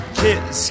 kiss